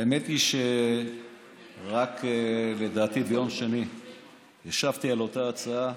האמת היא שלדעתי רק ביום שני השבתי על אותה הצעה.